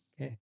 Okay